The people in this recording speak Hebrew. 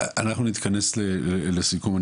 נתכנס לסיכום.